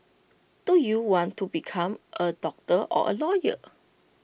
do you want to become A doctor or A lawyer